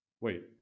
Wait